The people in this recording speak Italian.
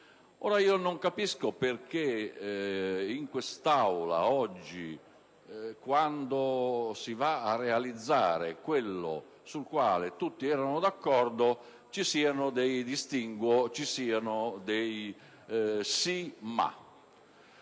giorno. Non capisco perché in quest'Aula, oggi, quando si va a realizzare quello sul quale tutti erano d'accordo, ci siano dei